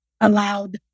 allowed